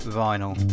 vinyl